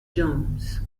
jones